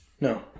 No